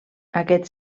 aquest